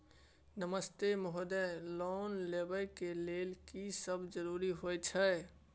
नमस्ते महोदय, लोन लेबै के लेल की सब जरुरी होय छै?